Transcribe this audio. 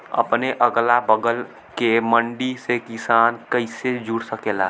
अपने अगला बगल के मंडी से किसान कइसे जुड़ सकेला?